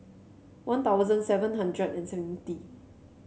One Thousand seven hundred and seventy